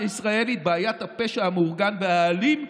הישראלית: בעיית הפשע המאורגן והאלים,